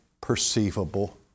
perceivable